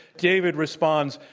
david responds,